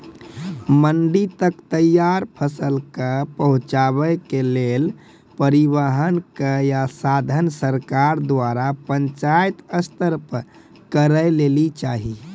मंडी तक तैयार फसलक पहुँचावे के लेल परिवहनक या साधन सरकार द्वारा पंचायत स्तर पर करै लेली चाही?